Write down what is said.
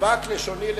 תדבק לשוני לחכי.